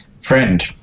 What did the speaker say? friend